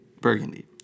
Burgundy